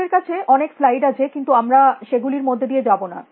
আমাদের কাছে অনেক স্লাইড আছে কিন্তু আমরা সেগুলির মধ্য দিয়ে যাব না